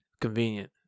Convenient